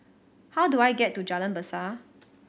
how do I get to Jalan Besar